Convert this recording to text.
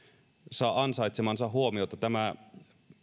saa ansaitsemaansa huomiota tämä